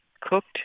cooked